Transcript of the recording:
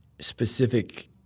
specific